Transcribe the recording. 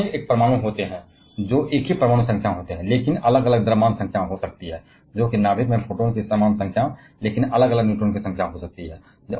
समस्थानिक एक परमाणु होते हैं जो एक ही परमाणु संख्या के होते हैं लेकिन अलग अलग द्रव्यमान संख्या हो सकती है जो कि नाभिक में प्रोटॉन की समान संख्या होती है लेकिन अलग अलग न्यूट्रॉन की संख्या हो सकती है